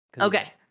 Okay